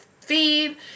feed